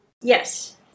Yes